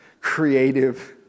creative